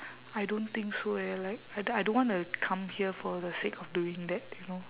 I don't think so eh like I d~ I don't wanna come here for the sake of doing that you know